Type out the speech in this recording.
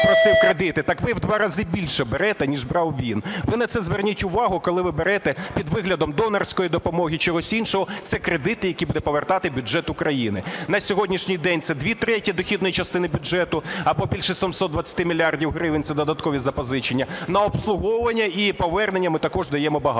Ви на це зверніть увагу, коли ви берете під виглядом донорської допомоги і чогось іншого. Це кредити, які буде повертати бюджет України. На сьогоднішній день це дві третини дохідної частини бюджету або більше 720 мільярдів гривень це додаткові запозичення. На обслуговування і повернення ми також даємо багато